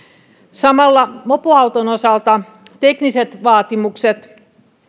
samalla mopoauton osalta tekniset vaatimukset